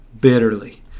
bitterly